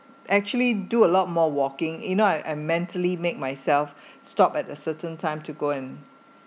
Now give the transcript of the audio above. actually do a lot more walking you know I I mentally make myself stop at a certain time to go and